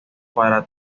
para